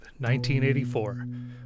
1984